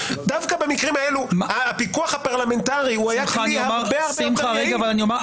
דווקא במקרים האלה הפיקוח הפרלמנטרי היה כלי הרבה-הרבה יותר יעיל.